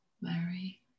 Mary